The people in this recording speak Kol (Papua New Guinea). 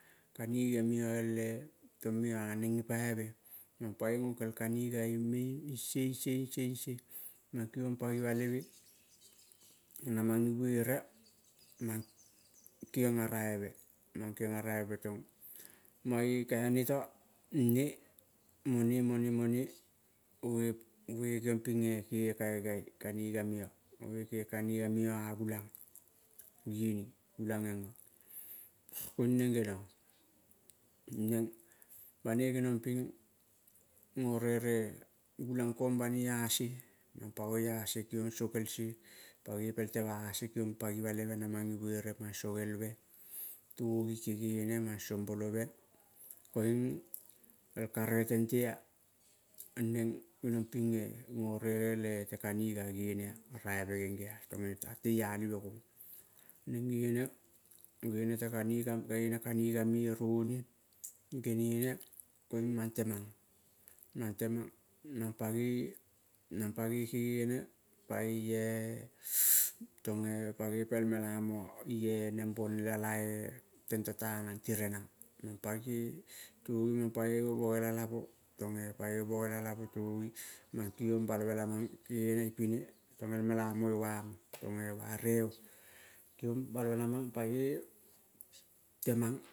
Kaniga meo el-e tong meo a neng gipaive mang pagoi gokel kaniga ingsie ingsie mang gigong pasiva leme, namang ibuere mang kegiong ah raive, mang kegiong araive tong mange kaineto ne mone, mone goge kegiong ping eh. Kege kaikai, kaniga meo, goge kege kaniga meo ah gulang gining gulang gengo. Koing neng keniong, neng banoi genong ping go rere, an, gulang kong banoi ah sie, mang pagoi ah sie mang sogel pie sagoi pel tevah a sie giong pagiva leve namang i buere mang sogel ve. Togi kegene mang sombolove, koing el karege tente ah. Neng genong ping eh, gorere le te kaniga raive genge ah tong teialive kong. Neng gene, gene te kaniga me roui genen, koing mang temang, mang temang mang pagoi, mang pagoi kegene pagoi eh. Tong eh pagoi pel mela moa i-e neng bonela la-e tento tanang ti renang mang pagoi togi mangpagoi bokela lamo, tong eh, pagoi bogela lamo tagi mang kigong palmemang gene ipine tong el mela mo-e uamo tong ya reo kigongbal bela mang pagoi temang